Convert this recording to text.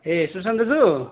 ए सुसन दाजु